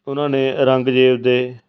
ਉਹਨਾਂ ਨੇ ਔਰੰਗਜ਼ੇਬ ਦੇ